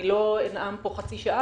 אני לא אנאם פה חצי שעה,